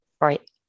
Right